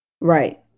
Right